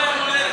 לוועדת החינוך,